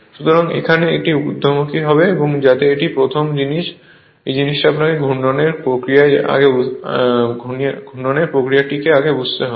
সুতরাং এখানে এটি ঊর্ধ্বমুখী যাতে এটি প্রথম জিনিস এই জিনিসটি আপনাকে ঘূর্ণনের প্রক্রিয়াটির আগে বুঝতে হবে